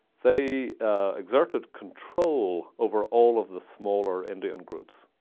they exerted control over all of the smaller indian groups,